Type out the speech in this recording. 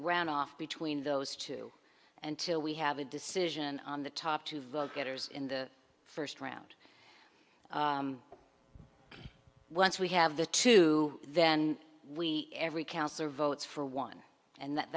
runoff between those two and till we have a decision on the top two vote getters in the first round once we have the two then we every counts or votes for one and that